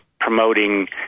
promoting